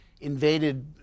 invaded